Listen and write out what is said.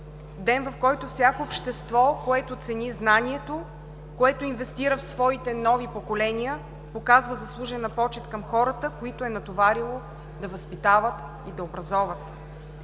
Ден, в който всяко общество, което цени знанието, което инвестира в своите нови поколения, показва заслужена почит към хората, които е натоварило да възпитават и да образоват.